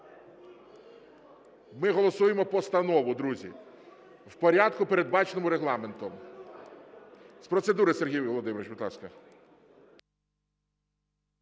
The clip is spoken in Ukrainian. Ми голосуємо постанову, друзі, в порядку, передбаченому Регламентом. З процедури – Сергій Володимирович, будь ласка.